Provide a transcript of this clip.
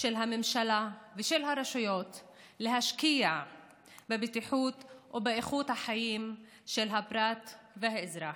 של הממשלה ושל הרשויות להשקיע בבטיחות ובאיכות החיים של הפרט והאזרח.